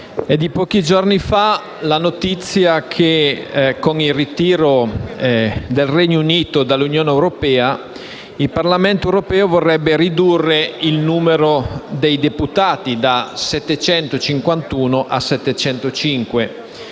è di pochi giorni fa la notizia che, con il ritiro del Regno Unito dall'Unione Europea, il Parlamento europeo vorrebbe ridurre il numero dei deputati da 751 a 705